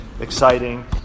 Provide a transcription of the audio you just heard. exciting